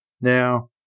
Now